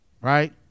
right